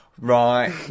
Right